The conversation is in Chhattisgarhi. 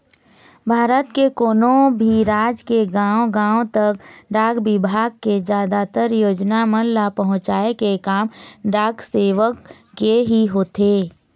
भारत के कोनो भी राज के गाँव गाँव तक डाक बिभाग के जादातर योजना मन ल पहुँचाय के काम डाक सेवक के ही होथे